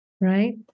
right